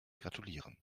gratulieren